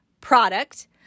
product